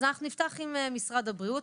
אנחנו נפתח עם משרד הבריאות.